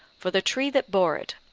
for the tree that bore it,